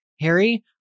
Harry